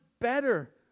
better